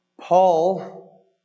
Paul